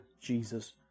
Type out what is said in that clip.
Jesus